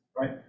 right